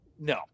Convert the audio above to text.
No